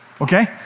Okay